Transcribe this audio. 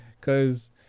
Cause